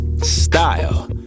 style